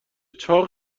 چاق